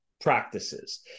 practices